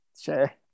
Sure